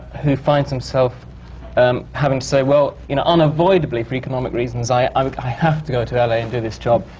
who finds himself um having to say, well, you know, unavoidably, for economic reasons, i um like i have to go to l a. and do this job,